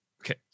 okay